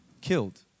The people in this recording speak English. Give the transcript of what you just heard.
killed